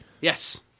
Yes